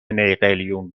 نیقلیون